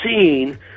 seen